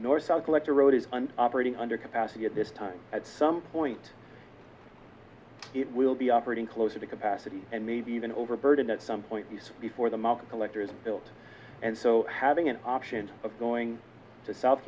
an operating under capacity at this time at some point it will be operating closer to capacity and maybe even overburdened at some point these before the market collector is built and so having an option of going to south